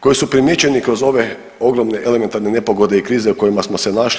Koji su primijećeni kroz ove ogromne elementarne nepogode i krize u kojima smo se našli.